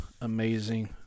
amazing